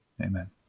Amen